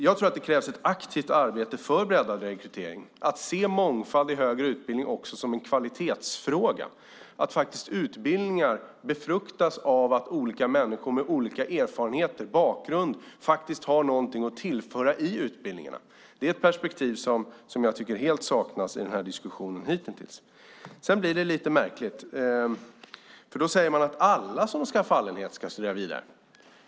Jag tror att det krävs ett aktivt arbete för breddad rekrytering: att se mångfald i högre utbildning också som en kvalitetsfråga och att utbildningar faktiskt befruktas av att människor med olika erfarenheter och bakgrunder har någonting att tillföra i utbildningarna. Det är ett perspektiv som jag tycker helt saknas i denna diskussion hitintills. Sedan blir det lite märkligt. Man säger att alla som har fallenhet ska studera vidare.